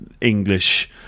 English